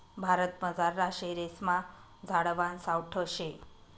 भारतमझारला शेरेस्मा झाडवान सावठं शे